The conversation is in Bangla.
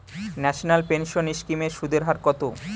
ন্যাশনাল পেনশন স্কিম এর সুদের হার কত?